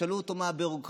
תשאלו אותו מה הביורוקרטיה,